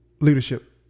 Leadership